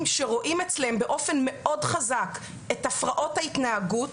שרואים אצלם באופן מאוד חזק את הפרעות ההתנהגות,